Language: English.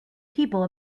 people